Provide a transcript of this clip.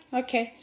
okay